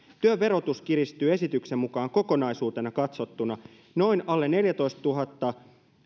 työn verotus kiristyy esityksen mukaan kokonaisuutena katsottuna alle neljätoistatuhattakolmesataa